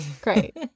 Great